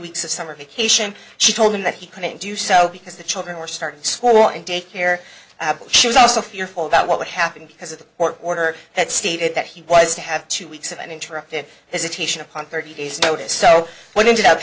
weeks of summer vacation she told him that he couldn't do so because the children were starting school and daycare she was also fearful about what would happen because of the court order that stated that he was to have two weeks of an interrupted his attention upon thirty days notice so when ended up